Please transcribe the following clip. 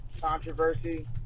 controversy